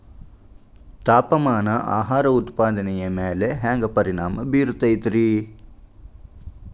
ತಾಪಮಾನ ಆಹಾರ ಉತ್ಪಾದನೆಯ ಮ್ಯಾಲೆ ಹ್ಯಾಂಗ ಪರಿಣಾಮ ಬೇರುತೈತ ರೇ?